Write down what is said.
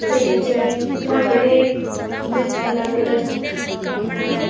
ਅਤੇ ਜਿਵੇਂ ਭੰਗੜੇ ਵਿੱਚ ਅਲੱਗ ਅਲੱਗ ਆਪਣਾ